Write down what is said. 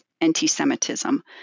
anti-Semitism